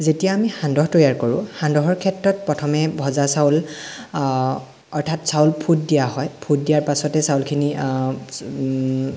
যেতিয়া আমি সান্দহ তৈয়াৰ কৰোঁ সান্দহৰ ক্ষেত্ৰত প্ৰথমে ভজা চাউল অৰ্থাৎ চাউল ফুট দিয়া হয় ফুট দিয়াৰ পাছতে চাউলখিনি